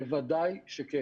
בוודאי שכן.